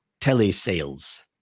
telesales